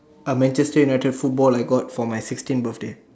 Manchester United football I got for my sixteen birthday